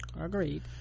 agreed